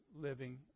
living